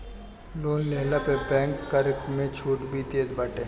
loan लेहला पे bank कर में छुट भी देत बाटे